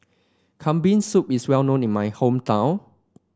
Kambing Soup is well known in my hometown